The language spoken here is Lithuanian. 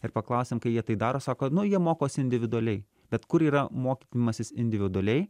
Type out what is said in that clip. ir paklausiam kai jie tai daro sako nu jie mokosi individualiai bet kur yra mokymasis individualiai